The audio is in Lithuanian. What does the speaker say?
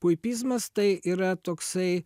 puipizmas tai yra toksai